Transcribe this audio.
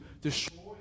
destroy